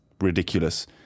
ridiculous